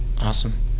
awesome